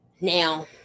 Now